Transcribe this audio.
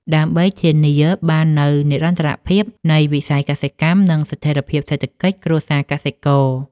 ដើម្បីធានាបាននូវនិរន្តរភាពនៃវិស័យកសិកម្ម និងស្ថិរភាពសេដ្ឋកិច្ចគ្រួសារកសិករ។